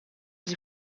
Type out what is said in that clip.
sie